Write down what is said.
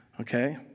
Okay